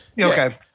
Okay